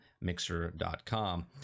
mixer.com